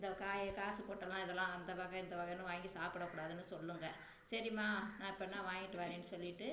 இந்தக் காயை காசு போட்டல்லாம் இதெல்லாம் அந்த வகை இந்த வகைன்னு வாங்கி சாப்பிட கூடாதுன்னு சொல்லுங்கள் சரிம்மா நான் இப்போ என்னா வாங்கிகிட்டு வர்றேன்னு சொல்லிவிட்டு